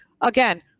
again